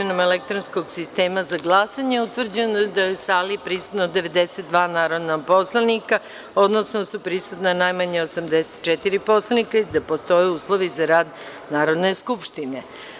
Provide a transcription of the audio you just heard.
elektronskog sistema za glasanje, utvrđeno da je u sali prisutno 92 narodna poslanika, odnosno da su prisutna najmanje 84 narodna poslanika i da postoje uslovi za rad Narodne skupštine.